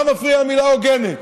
מה מפריעה המילה "הוגנת"?